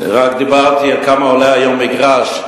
רק אמרתי כמה עולה היום מגרש.